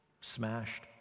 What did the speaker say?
smashed